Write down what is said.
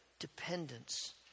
dependence